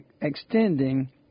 extending